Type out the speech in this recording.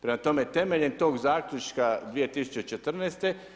Prema tome temeljem tog zaključka 2014.